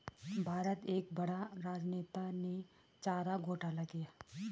भारत का एक बड़ा राजनेता ने चारा घोटाला किया